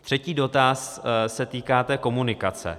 Třetí dotaz se týká komunikace.